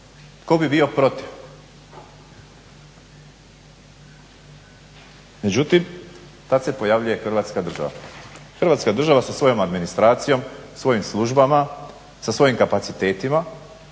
tko bi bio protiv? Međutim tada se pojavljuje Hrvatska država. Hrvatska država sa svojom administracijom, svojim službama, sa svojim kapacitetima